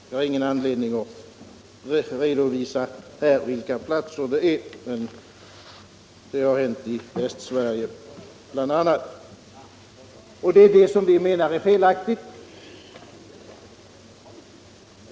Jag har ingen anledning att här redovisa vilka dessa platser är, men det har bl.a. hänt i västra Sverige. Det menar vi är felaktigt.